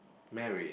Mary